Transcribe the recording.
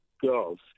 girls